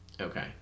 okay